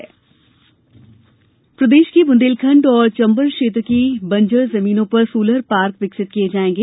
solar park प्रदेश के बुंदेलखंड और चंबल क्षेत्र की बंजर जमीनों पर सोलर पार्क विकसित किए जाएंगे